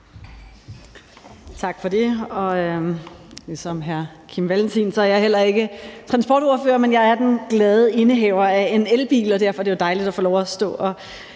Tak for det. Ligesom hr. Kim Valentin er jeg heller ikke transportordfører, men jeg er den glade indehaver af en elbil, så derfor er det jo dejligt at få lov til at stå og